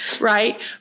right